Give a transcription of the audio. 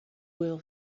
will